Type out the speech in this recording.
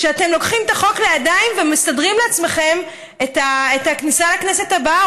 שאתם לוקחים את החוק לידיים ומסדרים לעצמכם את הכניסה לכנסת הבאה,